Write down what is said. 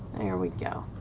here we go.